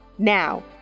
Now